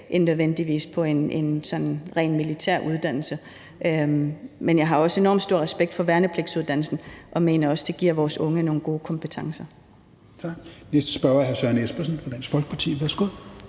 end nødvendigvis på en ren militær uddannelse. Men jeg har også enormt stor respekt for værnepligtsuddannelsen, og jeg mener også, at den giver vores unge nogle gode kompetencer. Kl. 16:29 Tredje næstformand (Rasmus Helveg